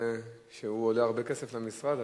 שעולה הרבה כסף למשרד,